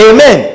Amen